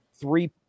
three